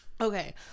Okay